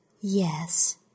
Yes